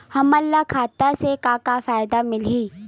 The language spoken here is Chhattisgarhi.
हमन ला खाता से का का फ़ायदा मिलही?